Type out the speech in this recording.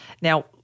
Now